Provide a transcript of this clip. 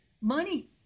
money